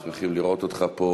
אנחנו שמחים לראות אותך פה